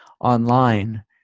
online